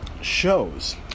shows